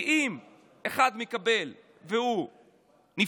כי אם אחד מקבל והוא נפטר,